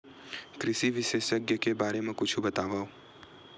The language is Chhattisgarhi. कृषि विशेषज्ञ के बारे मा कुछु बतावव?